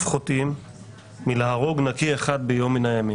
חוטאים מלהרוג נקי אחד ביום מן הימים.